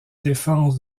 défense